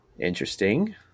Interesting